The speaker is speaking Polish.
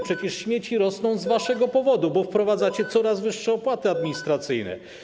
Przecież śmieci rosną z waszego powodu, bo wprowadzacie coraz wyższe opłaty administracyjne.